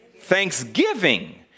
Thanksgiving